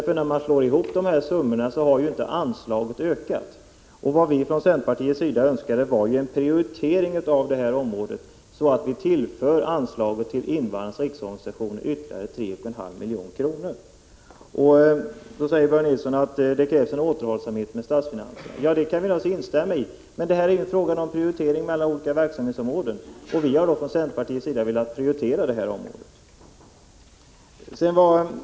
När man slår ihop summorna har anslaget inte ökat. Vad vi från centerpartiets sida önskar är ju en prioritering av detta område så att vi tillför anslaget Invandrarnas riksorganisation ytterligare 3,5 milj.kr. Då säger Börje Nilsson att det krävs en återhållsamhet med statsfinanserna. Det kan jag instämma i, men detta är en fråga om prioritering mellan olika verksamhetsområden. Vi har från centerpartiet velat prioritera detta område.